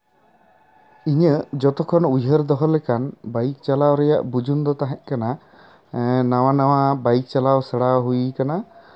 ᱤᱧᱟᱹᱜ ᱡᱚᱛᱚᱠᱷᱚᱱ ᱩᱭᱦᱟᱹᱨ ᱫᱚᱦᱚ ᱞᱮᱠᱟᱱ ᱵᱟᱭᱤᱠ ᱪᱟᱞᱟᱣ ᱨᱮᱱᱟᱜ ᱵᱩᱡᱩᱱ ᱫᱚ ᱛᱟᱦᱮᱸᱫ ᱠᱟᱱᱟ ᱱᱟᱣᱟ ᱱᱟᱣᱟ ᱵᱟᱭᱤᱠ ᱪᱟᱞᱟᱣ ᱥᱮᱲᱟ ᱦᱩᱭ ᱠᱟᱱᱟ